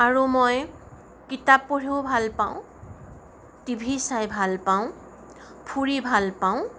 আৰু মই কিতাপ পঢ়িও ভাল পাওঁ টিভি চাই ভাল পাওঁ ফুৰি ভাল পাওঁ